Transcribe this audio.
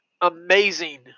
amazing